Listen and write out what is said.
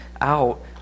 out